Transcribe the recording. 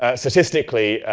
ah statistically,